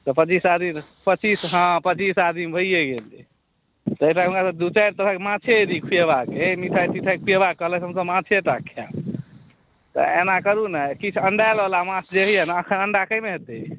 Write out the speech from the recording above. तऽ पच्चीस आदमी पच्चीस हाँ पच्चीस आदमी भइए गेलै तऽ एहिठाम हमरा दुइ चारि तरहक माछे यदि खुएबाक अछि तऽ मिठाइ तिठाइ खुएबाक ओसभ कहलक जे हमसभ माछेटा खायब तऽ एना करू ने किछु अण्डावला माछ जे होइए ने एखन अण्डा कइमे हेतै